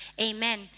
Amen